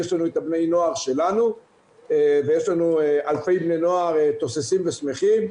יש לנו את בני הנוער שלנו ויש לנו אלפי בני נוער תוססים ושמחים,